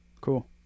Cool